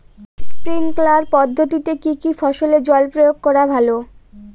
Sprinkler পদ্ধতিতে কি কী ফসলে জল প্রয়োগ করা ভালো?